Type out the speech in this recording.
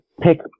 pick